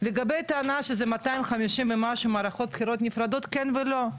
לגבי טענה שזה 250 ומשהו מערכות בחירות נפרדות כן ולא.